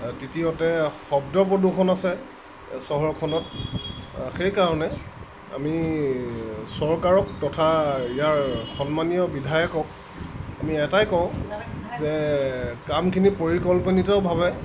তৃতীয়তে শব্দ প্ৰদূষণ আছে চহৰখনত সেইকাৰণে আমি চৰকাৰক তথা ইয়াৰ সন্মানীয় বিধায়কক আমি এটাই কওঁ যে কামখিনি পৰিকল্পিতভাৱে